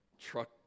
truck